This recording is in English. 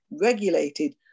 regulated